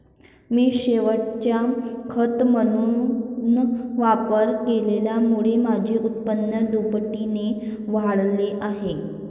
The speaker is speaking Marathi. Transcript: मी शेवाळाचा खत म्हणून वापर केल्यामुळे माझे उत्पन्न दुपटीने वाढले आहे